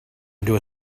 into